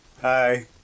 Hi